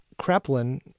Kreplin